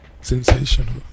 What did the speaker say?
Sensational